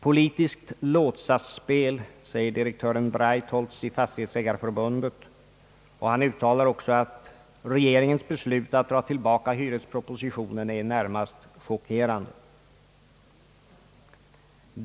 »Politiskt låtsasspel», säger direktören Breitholtz i Fastighetsägareförbundet, och han uttalar också, att »regeringens beslut att dra tillbaka hyrespropositionen är närmast chockerande.